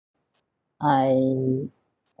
I